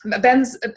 Ben's